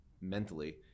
mentally